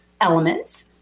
elements